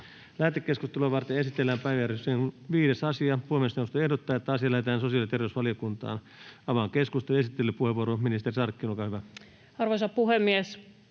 Lähetekeskustelua varten esitellään päiväjärjestyksen 5. asia. Puhemiesneuvosto ehdottaa, että asia lähetetään sosiaali- ja terveysvaliokuntaan. Avaan keskustelun. — Esittelypuheenvuoro ministeri Sarkkinen, olkaa hyvä. [Speech